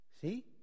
See